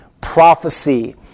Prophecy